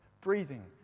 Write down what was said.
breathing